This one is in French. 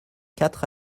quatre